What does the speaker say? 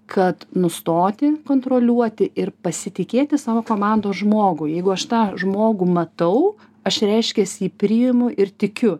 kad nustoti kontroliuoti ir pasitikėti savo komandos žmogų jeigu aš tą žmogų matau aš reiškias jį priimu ir tikiu